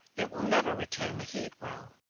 it will never retain the heat well.